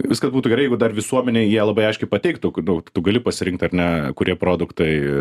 viskas būtų gerai jeigu dar visuomenėj jie labai aiškiai pateiktų nu t tu gali pasirinkt ar ne kurie produktai